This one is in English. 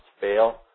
fail